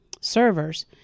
servers